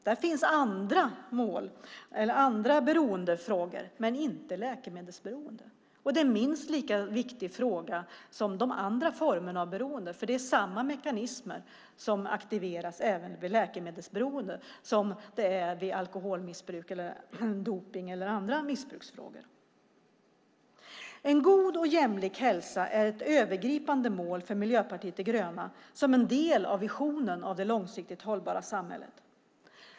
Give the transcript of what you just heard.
Där finns andra beroendeformer men inte läkemedelsberoende, och det är minst lika viktigt som de andra formerna av beroende, för det är samma mekanismer som aktiveras vid läkemedelsberoende som vid alkoholmissbruk, dopning eller andra missbruk. En god och jämlik hälsa är ett övergripande mål för Miljöpartiet de gröna som en del av visionen om det långsiktigt hållbara samhället.